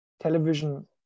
television